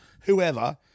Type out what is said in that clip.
whoever